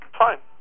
fine